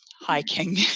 hiking